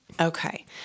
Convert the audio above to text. Okay